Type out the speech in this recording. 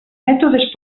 mètodes